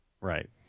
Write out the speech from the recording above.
Right